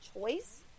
choice